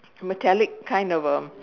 metallic kind of um